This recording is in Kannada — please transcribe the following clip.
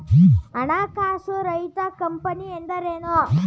ಹಣಕಾಸು ರಹಿತ ಕಂಪನಿ ಎಂದರೇನು?